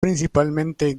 principalmente